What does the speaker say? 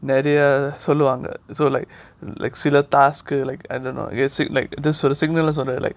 நிறைய சொல்லுவாங்க:niraiya solluvaanga so like like see the task like I don't know S~ like signal lah சொல்றது:solrathu like